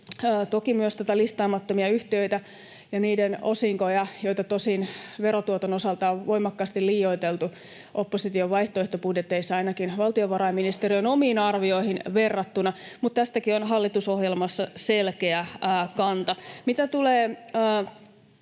toki myös listaamattomia yhtiöitä ja niiden osinkoja, joita tosin verotuoton osalta on voimakkaasti liioiteltu opposition vaihtoehtobudjeteissa, ainakin valtiovarainministeriön omiin arvioihin verrattuna. Mutta tästäkin on hallitusohjelmassa selkeä kanta.